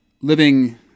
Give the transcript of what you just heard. living